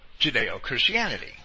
Judeo-Christianity